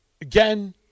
Again